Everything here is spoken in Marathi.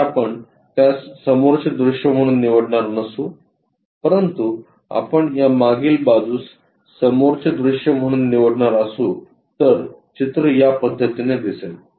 जर आपण त्यास समोरचे दृश्य म्हणून निवडणार नसू परंतु आपण या मागील बाजूस समोरचे दृश्य म्हणून निवडणार असू तर चित्र या पद्धतीने दिसेल